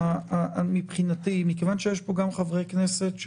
מכיוון שיש פה גם חברי כנסת,